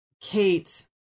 Kate